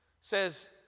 says